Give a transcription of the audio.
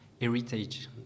heritage